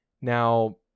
Now